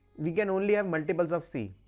we can only have multiples of c.